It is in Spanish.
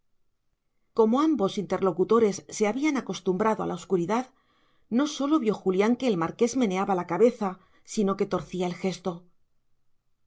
como ambos interlocutores se habían acostumbrado a la oscuridad no sólo vio julián que el marqués meneaba la cabeza sino que torcía el gesto